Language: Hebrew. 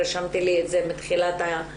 ורשמתי לי את זה כבר מתחילת הישיבה,